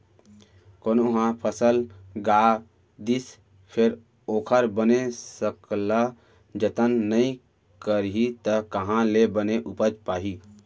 कोनो ह फसल गा दिस फेर ओखर बने सकला जतन नइ करही त काँहा ले बने उपज पाही